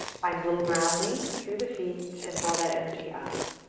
find a little grounding through the feet and draw that energy up.